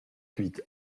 huit